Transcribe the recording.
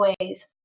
ways